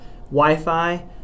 Wi-Fi